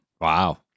Wow